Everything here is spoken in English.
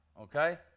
Okay